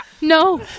No